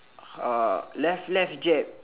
uh left left jab